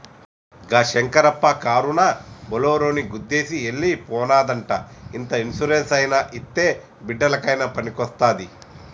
గా శంకరప్ప కారునా బోలోరోని గుద్దేసి ఎల్లి పోనాదంట ఇంత ఇన్సూరెన్స్ అయినా ఇత్తే బిడ్డలకయినా పనికొస్తాది